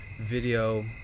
video